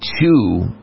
two